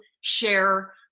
share